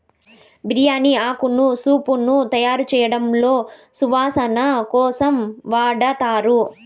బిర్యాని ఆకును సూపులను తయారుచేయడంలో సువాసన కోసం వాడతారు